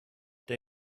they